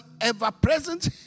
ever-present